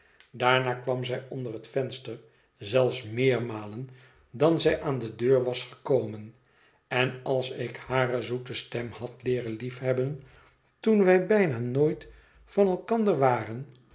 daarna kwam zij onder het venster zelfs meermalen dan zij aan de deur was gekomen en als ik hare zoete stem had leeren liefhebben toen wij bijna nooit van elkander waren